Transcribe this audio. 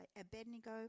Abednego